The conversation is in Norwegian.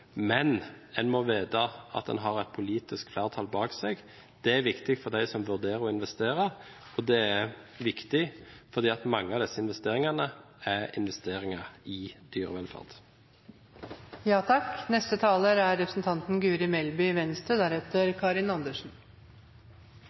men en må vite at en har et politisk flertall bak seg. Det er viktig for dem som vurderer å investere, og det er viktig fordi mange av disse investeringene er investeringer i dyrevelferd. I 2003 ga et samlet storting, etter initiativ fra Venstre